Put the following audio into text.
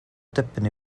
dipyn